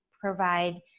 provide